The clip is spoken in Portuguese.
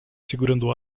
segurando